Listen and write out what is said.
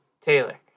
Taylor